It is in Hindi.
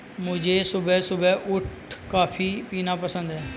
मुझे सुबह सुबह उठ कॉफ़ी पीना पसंद हैं